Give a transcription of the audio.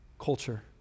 culture